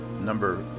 number